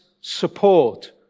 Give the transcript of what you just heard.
support